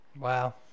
Wow